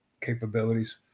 capabilities